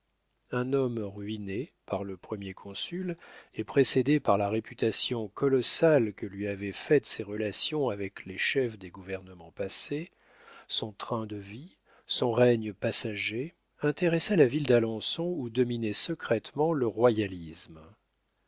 un homme ruiné par le premier consul et précédé par la réputation colossale que lui avaient faite ses relations avec les chefs des gouvernements passés son train de vie son règne passager intéressa la ville d'alençon où dominait secrètement le royalisme